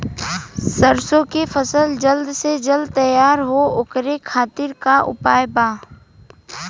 सरसो के फसल जल्द से जल्द तैयार हो ओकरे खातीर का उपाय बा?